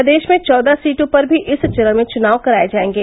प्रदेश में चौदह सीटों पर भी इस चरण में चुनाव कराए जाएगे